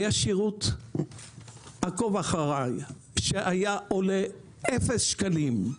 היה שירות עקוב אחרי שהיה עולה אפס שקלים.